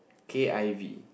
K_I_V